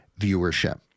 viewership